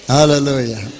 Hallelujah